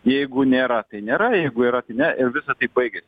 jeigu nėra tai nėra jeigu yra tai ne ir visa tai baigiasi